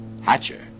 Hatcher